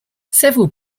several